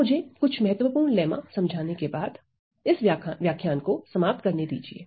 अब मुझे कुछ महत्वपूर्ण लेम्मा समझाने के बाद इस व्याख्यान को समाप्त करने दीजिए